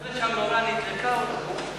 השאלה אם זה אחרי שהנורה נדלקה או לא.